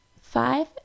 five